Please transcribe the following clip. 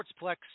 Sportsplex